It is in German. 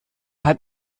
hat